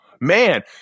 Man